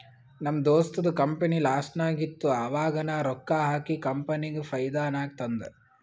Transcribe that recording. ನಮ್ ದೋಸ್ತದು ಕಂಪನಿ ಲಾಸ್ನಾಗ್ ಇತ್ತು ಆವಾಗ ನಾ ರೊಕ್ಕಾ ಹಾಕಿ ಕಂಪನಿಗ ಫೈದಾ ನಾಗ್ ತಂದ್